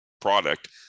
product